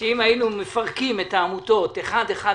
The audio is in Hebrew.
שאם היינו מפרקים את העמותות אחת-אחת,